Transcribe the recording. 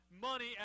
money